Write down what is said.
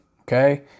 Okay